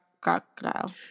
Crocodile